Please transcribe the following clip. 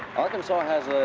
arkansas has a